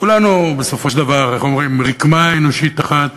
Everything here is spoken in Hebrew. כולנו בסופו של דבר, איך אומרים, רקמה אנושית אחת